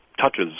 touches